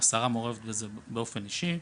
השרה מעורבת בזה באופן אישי,